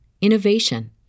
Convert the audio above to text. innovation